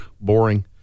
Boring